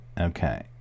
Okay